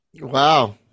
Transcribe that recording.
Wow